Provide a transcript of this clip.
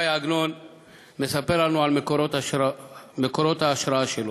ש"י עגנון מספר לנו על מקורות ההשראה שלו.